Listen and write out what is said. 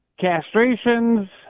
castrations